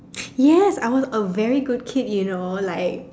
yes I was a very good kid you know like